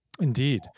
Indeed